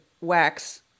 wax